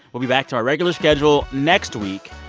we'll be back to our regular schedule next week.